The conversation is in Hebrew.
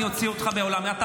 אני אוציא אותך מהאולם.